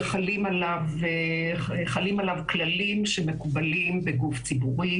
שחלים עליו כללים שמקובלים בגוף ציבורי,